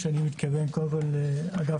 קודם כל אגף